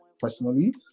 personally